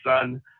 son